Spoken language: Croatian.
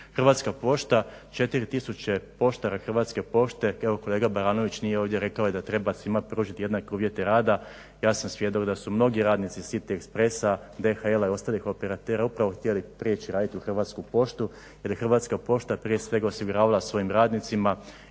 Hrvatska pošta 4 tisuća poštara Hrvatske pošte evo kolega Baranović nije ovdje rekao je da treba svima pružiti jednake uvjete rada. Ja sam svjedok sa su mnogi radnici City expressa, DHL-a i ostalih operatera upravo htjeli prijeći raditi u Hrvatsku poštu, jer Hrvatska pošta prije sveg osigurava svojim radnicima